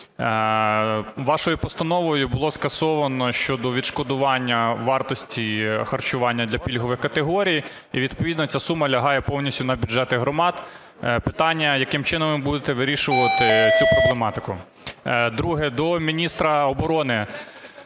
Вашою постановою було сказано щодо відшкодування вартості харчування для пільгових категорій, і відповідно ця сума лягає повністю на бюджети громад. Питання, яким чином ви будете вирішувати цю проблематику? Друге. До міністра оборони.